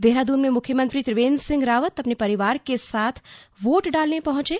देहरादून में मुख्यमंत्री त्रियेंद्र सिंह रावत अपने परिवार के साथ वोट डालने पहुंचे